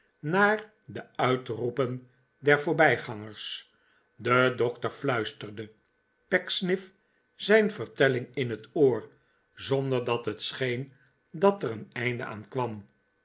naar de uitroepen der voorbijgangers de dokter fluisterde pecksniff zijn vertelling in het oor zonder dat het scheen dat er een einde aan kwam